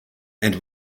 and